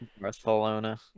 Barcelona